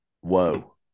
Whoa